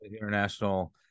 international